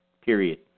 period